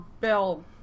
bill